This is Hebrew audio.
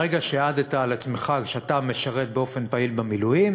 ברגע שהעדת על עצמך שאתה משרת באופן פעיל במילואים,